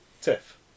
Tiff